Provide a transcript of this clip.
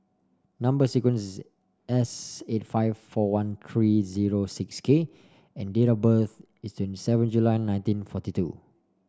number sequence is S eighty five four one three zero six K and date of birth is twenty seven July nineteen forty two